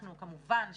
אנחנו כמובן מזמינים,